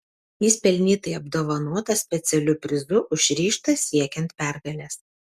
jis pelnytai apdovanotas specialiu prizu už ryžtą siekiant pergalės